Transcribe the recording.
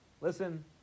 Listen